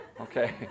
Okay